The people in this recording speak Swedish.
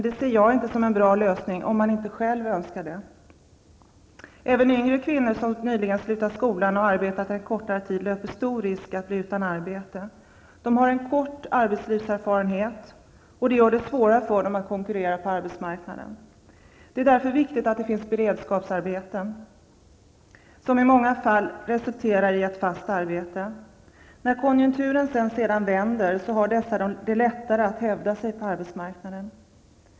Det ser jag inte som en bra lösning, om de inte själva önskar det. Även yngre kvinnor som nyligen har slutat skolan och arbetat en kortare tid löper stor risk att bli utan arbete. De har en kort arbetslivserfarenhet, och det gör det svårare för dem att konkurrera på arbetsmarknaden. Det är därför viktigt att det finns beredskapsarbeten, som i många fall resulterar i ett fast arbete. När konjunkturen sedan vänder har de som haft beredskapsarbeten det lättare att hävda sig på arbetsmarknaden.